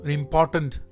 important